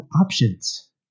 options